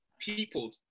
people